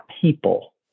people